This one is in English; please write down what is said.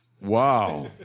Wow